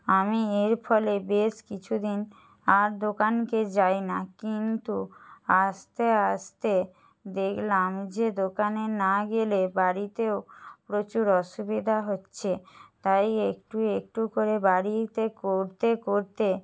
আমি এর ফলে বেশ কিছু দিন আর দোকানকে যাই না কিন্তু আস্তে আস্তে দেখলাম যে দোকানে না গেলে বাড়িতেও প্রচুর অসুবিধা হচ্ছে তাই একটু একটু করে বাড়িতে করতে করতে